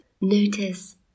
Notice